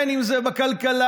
בין שזה בכלכלה,